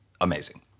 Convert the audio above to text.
amazing